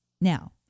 Now